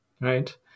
Right